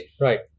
Right